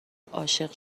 عاشق